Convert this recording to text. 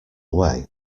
away